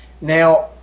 Now